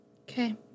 Okay